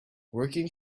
working